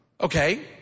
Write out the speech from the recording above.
Okay